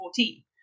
2014